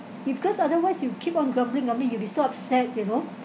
if because otherwise you keep on grumbling grumbling you'll be so upset you know